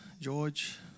George